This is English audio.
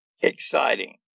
exciting